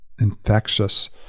infectious